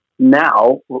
now